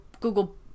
Google